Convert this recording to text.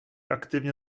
aktivně